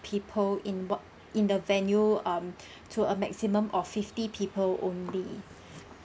people in work in the venue um to a maximum of fifty people only